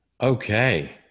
Okay